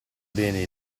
bene